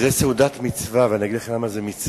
זאת סעודת מצווה, ואני אגיד לכם למה זה מצווה.